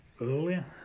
earlier